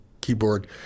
keyboard